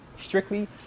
strictly